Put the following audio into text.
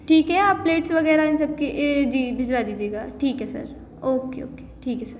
ठीक है आप प्लेट्स वगैरह इन सबके जी भिजवा दीजिएगा ठीक है सर ओके ओके ठीक है सर